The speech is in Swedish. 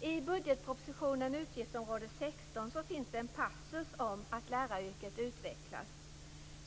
I budgetpropositionen, utgiftsområde 16, finns en passus om att läraryrket utvecklas.